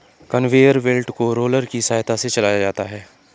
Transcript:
conveyor belt को roller की सहायता से चलाया जाता है